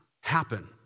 happen